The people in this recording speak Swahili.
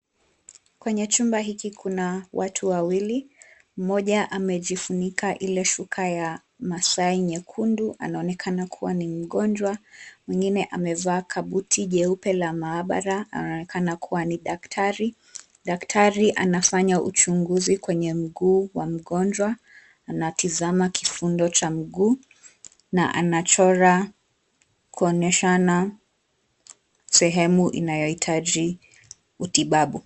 Kwenye chumba hiki kuna watu wawili. Mmoja amejifunika ile shuka ya maasai nyekundu anaonekana kuwa ni mgonjwa. Mwingine amevaa kabuti jeupe la maabara anaonekana kuwa ni daktari. Daktari anafanya uchunguzi kwenye mguu wa mgonjwa anatazama kifundo cha mguu na anachora kuonyeshana sehemu inayohitaji utibabu.